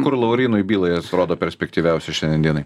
kur laurynui bylai atrodo perspektyviausia šiandien dienai